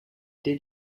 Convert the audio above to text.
did